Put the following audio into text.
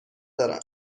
دارم